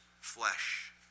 flesh